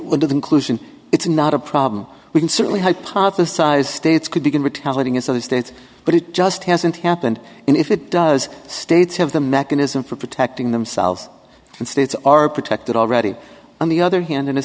what are the clues in it's not a problem we can certainly hypothesize states could begin retaliating as other states but it just hasn't happened and if it does states have the mechanism for protecting themselves and states are protected already on the other hand in a